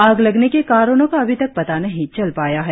आग लगने के कारणो का अभी तक पता नही लग पाया है